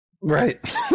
Right